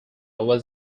was